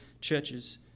churches